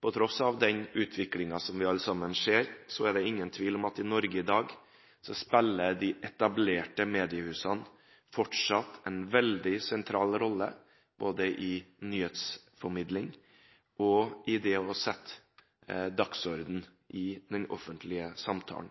på tross av den utviklingen vi alle ser, er det ingen tvil om at i Norge i dag spiller de etablerte mediehusene fortsatt en veldig sentral rolle, både med hensyn til nyhetsformidling og det å sette dagsorden i den offentlige samtalen.